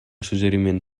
suggeriment